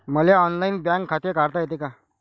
मले online bank खाते काढता येते का?